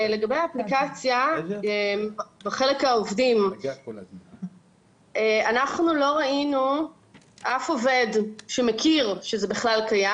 לגבי האפליקציה בחלק העובדים לא ראינו אף עובד שמכיר שזה בכלל קיים.